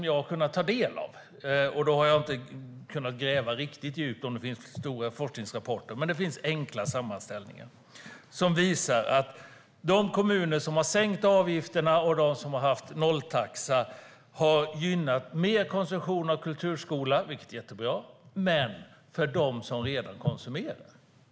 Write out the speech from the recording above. Jag har inte kunnat gräva riktigt djupt efter om det finns stora forskningsrapporter, men det finns enkla sammanställningar som jag har tagit del av och som visar att de kommuner som har sänkt avgifterna och de som har haft nolltaxa har gynnat konsumtionen av kulturskolan. Det är jättebra, men det har gynnat dem som redan konsumerar den.